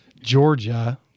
Georgia